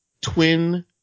twin